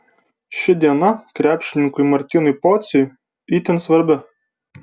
ši diena krepšininkui martynui pociui itin svarbi